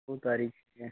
दो तारीख है